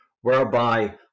whereby